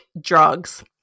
drugs